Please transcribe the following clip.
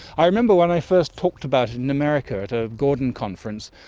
i remember when i first talked about it in america at a gordon conference,